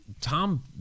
Tom